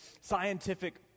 scientific